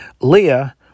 Leah